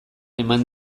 eman